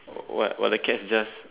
while while the cat's just